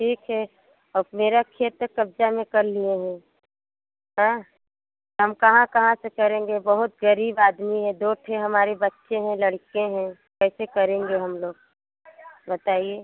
ठीक है अब मेरा खेत तो कब्जा में कर लिए हैं हाँ हम कहाँ कहाँ से करेंगे बहुत गरीब आदमी हैं दो ठे हमारे बच्चे हैं लड़के हैं कैसे करेंगे हम लोग बताइए